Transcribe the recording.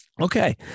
Okay